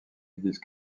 église